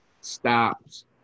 stops